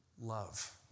love